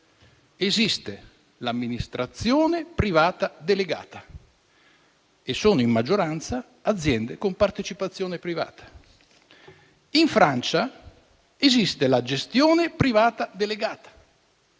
esiste l'amministrazione privata delegata e sono in maggioranza aziende con partecipazione privata. In Francia esiste la gestione privata delegata